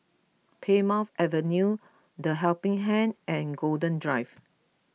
Plymouth Avenue the Helping Hand and Golden Drive